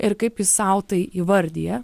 ir kaip jis sau tai įvardija